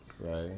Right